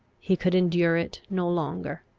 he could endure it no longer.